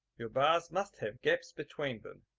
your bars must have gaps between them.